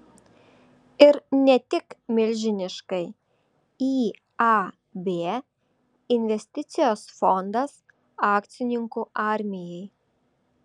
ir ne tik milžiniškai iab investicijos fondas akcininkų armijai